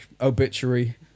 obituary